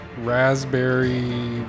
Raspberry